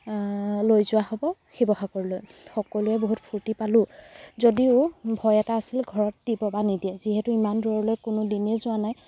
লৈ যোৱা হ'ব শিৱসাগৰলৈ সকলোৱে বহুত ফুৰ্ত্তি পালোঁ যদিও ভয় এটা আছিল ঘৰত দিব বা নিদিয়ে যিহেতু ইমান দূৰলৈ কোনো দিনেই যোৱা নাই